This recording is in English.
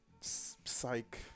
psych